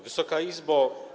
Wysoka Izbo!